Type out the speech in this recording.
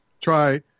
try –